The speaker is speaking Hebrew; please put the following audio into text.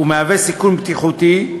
ומהווה סיכון בטיחותי,